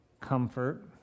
comfort